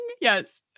Yes